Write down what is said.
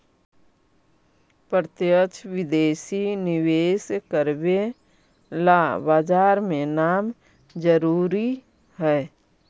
प्रत्यक्ष विदेशी निवेश करवे ला बाजार में नाम जरूरी है